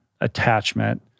attachment